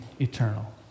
eternal